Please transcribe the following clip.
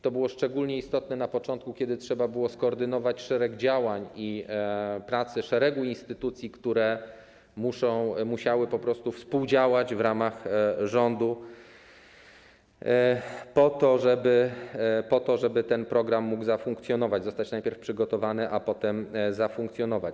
To było szczególnie istotne na początku, kiedy trzeba było skoordynować szereg działań i pracę szeregu instytucji, które musiały po prostu współdziałać w ramach rządu po to, żeby ten program mógł zafunkcjonować, zostać najpierw przygotowany, a potem zafunkcjonować.